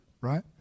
right